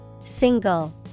single